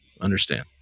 Understand